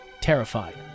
terrified